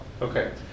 Okay